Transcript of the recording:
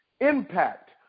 impact